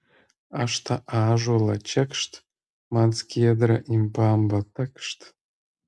aš tą ąžuolą čekšt man skiedra į bambą takšt